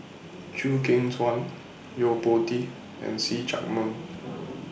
Chew Kheng Chuan Yo Po Tee and See Chak Mun